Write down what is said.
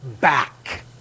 back